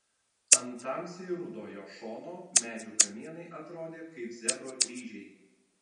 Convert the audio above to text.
ant tamsiai rudo jo šono medžių kamienai atrodė kaip zebro dryžiai